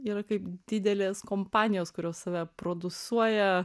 yra kaip didelės kompanijos kurios save produsuoja